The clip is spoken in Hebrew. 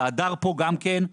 והדר פה גם כן,